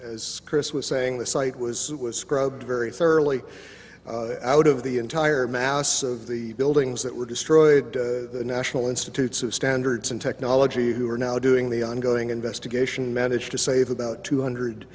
as chris was saying the site was it was scrubbed very thoroughly out of the entire mass of the buildings that were destroyed the national institutes of standards and technology who are now doing the ongoing investigation managed to save about two hundred